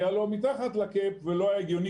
לא היה הגיוני,